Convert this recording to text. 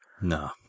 No